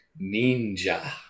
Ninja